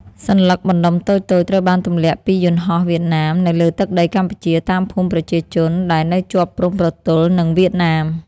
សន្លឹកបណ្ដុំតូចៗត្រូវបានទន្លាក់ពីយន្តហោះវៀតណាម នៅលើទឹកដីកម្ពុជា តាមភូមិប្រជាជនដែលនៅជាប់ព្រំប្រទល់និងវៀតណាម។